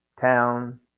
town